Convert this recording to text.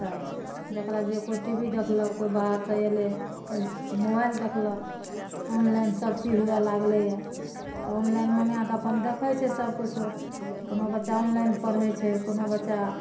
तऽ जेकरा जे कोइ टी भी देखलक कोइ बाहर से अयलै एह तऽ मोबाइल देखलक ऑनलाइन सब चीज हुअऽ लागलैया तऽ ऑनलाइन मङ्गा कऽ अपन देखै छै सबकिछो कोनो बच्चा ऑनलाइन पढ़ै छै कोनो बच्चा